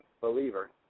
believer